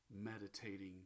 meditating